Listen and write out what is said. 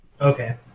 okay